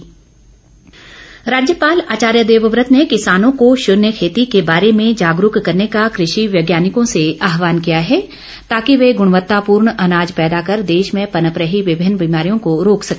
राज्यपाल राज्यपाल आचार्य देवव्रत ने किसानों को शून्य खेती के बारे में जागरूक करने का कृषि वैज्ञानिकों से आहवान किया है ताकि वे ग्णवत्तापूर्ण अनाज पैदा कर देश में पनप रही विभिन्न बीमारियों को रोक सके